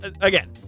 again